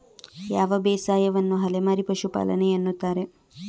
ಯಾವ ಬೇಸಾಯವನ್ನು ಅಲೆಮಾರಿ ಪಶುಪಾಲನೆ ಎನ್ನುತ್ತಾರೆ?